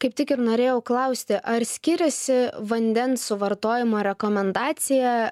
kaip tik ir norėjau klausti ar skiriasi vandens suvartojimo rekomendacija